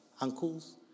uncles